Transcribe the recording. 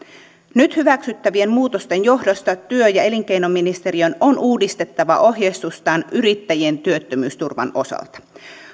nyt hyväksyttävien muutosten johdosta työ ja elinkeinoministeriön on uudistettava ohjeistustaan yrittäjien työttömyysturvan osalta